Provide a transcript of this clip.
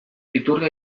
iturria